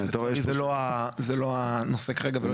אבל זה לא הנושא כרגע.